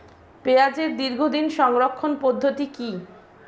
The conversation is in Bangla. পেঁয়াজের দীর্ঘদিন সংরক্ষণ পদ্ধতি কি?